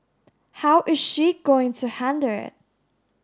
how is she going to handle it